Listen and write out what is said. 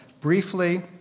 briefly